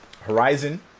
Horizon